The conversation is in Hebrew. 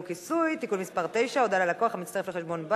כיסוי (תיקון מס' 9) (הודעה ללקוח המצטרף לחשבון),